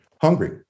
hungry